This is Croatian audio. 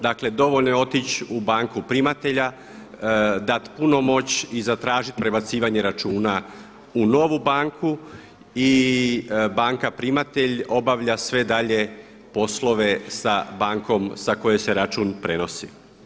Dakle dovoljno je otići u banku primatelja, dati punomoć i zatražiti prebacivanje računa u novu banku i banka primatelj obavlja sve dalje poslove sa bankom sa koje se račun prenosi.